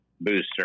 booster